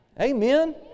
Amen